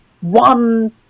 one